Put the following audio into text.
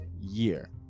year